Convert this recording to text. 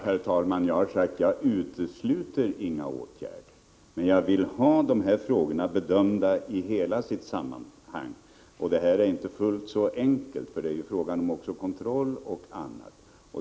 Herr talman! Jag har sagt att jag inte utesluter några åtgärder, men jag vill ha frågorna bedömda i hela sitt sammanhang. Problemet är inte enkelt, eftersom det också är fråga om kontroll och annat.